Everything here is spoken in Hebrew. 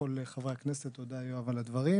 ולכל חברי הכנסת, תודה יואב על הדברים.